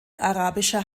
arabischer